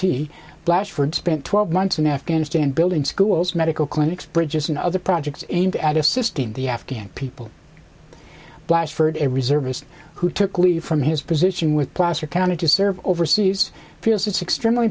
t blast for spent twelve months in afghanistan building schools medical clinics bridges and other projects aimed at assisting the afghan people blatchford a reservist who took leave from his position with placer county to serve overseas feels it's extremely